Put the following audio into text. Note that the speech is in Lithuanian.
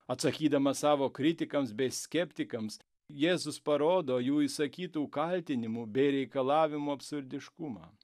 atsakydamas savo kritikams bei skeptikams jėzus parodo jų išsakytų kaltinimų bei reikalavimo absurdiškumą